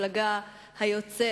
המפלגה היוצאת,